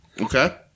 Okay